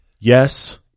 Yes